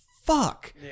Fuck